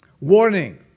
Warning